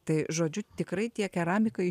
tai žodžiu tikrai tie keramikai